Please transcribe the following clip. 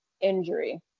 injury